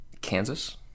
Kansas